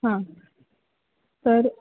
हां तर